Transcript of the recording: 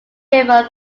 river